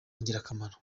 ingirakamaro